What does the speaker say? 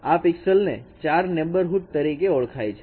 આ પિક્સેલ ને 4 નેબરહુડ તરીકે ઓળખાય છે